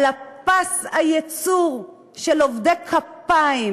על פס הייצור של עובדי כפיים